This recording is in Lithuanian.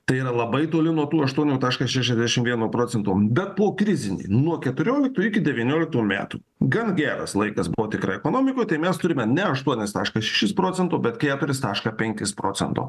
tai yra labai toli nuo tų aštuonių taškas šešiasdešimt vieno procento bet pokrizinį nuo keturioliktų iki devynioliktų metų gan geras laikas buvo tikrai ekonomikoj tai mes turime ne aštuonis taškas šešis procento bet keturis tašką penkis procento